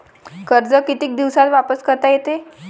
कर्ज कितीक दिवसात वापस करता येते?